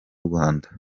rwanda